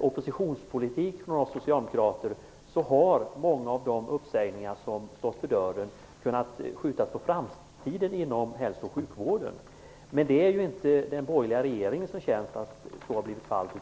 oppositionspolitik från oss socialdemokrater har många av de uppsägningar som stått för dörren inom hälso och sjukvården kunnat skjutas på framtiden. Men det är inte den borgerliga regeringens förtjänst att så har blivit fallet.